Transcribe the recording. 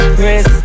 Chris